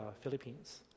Philippines